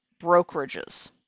brokerages